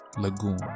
Lagoon